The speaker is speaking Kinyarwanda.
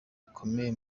bikomeye